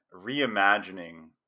reimagining